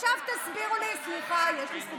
עכשיו תסבירו לי, סליחה, יש לי זכות